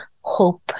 hope